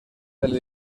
del